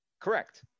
Correct